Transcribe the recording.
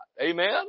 Amen